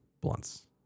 blunts